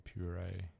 puree